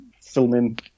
filming